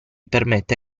permette